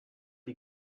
die